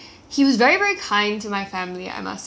so ah he